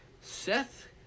Seth